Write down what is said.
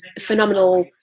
phenomenal